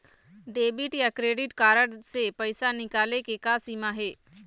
Debit या credit card से पैसा निकाले के का सीमा हे?